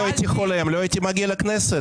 אם לא הייתי חולם לא הייתי מגיע לכנסת.